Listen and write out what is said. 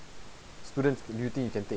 students do you think you can take